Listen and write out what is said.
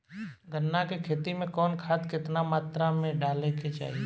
गन्ना के खेती में कवन खाद केतना मात्रा में डाले के चाही?